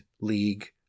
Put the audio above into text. league